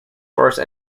force